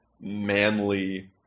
manly